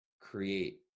create